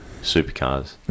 supercars